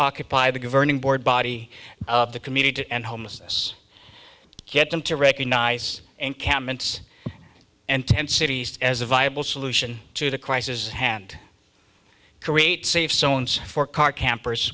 occupy the governing board body of the community to end homelessness get them to recognize encampments and tent cities as a viable solution to the crisis hand create safe zones for car campers